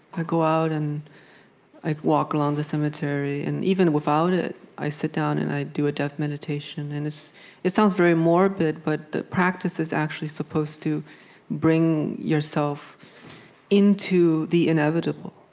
i go out, and i walk along the cemetery, and even without it i sit down, and i do a death meditation. and it sounds very morbid, but the practice is actually supposed to bring yourself into the inevitable.